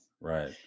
Right